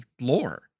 lore